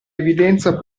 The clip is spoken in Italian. evidenza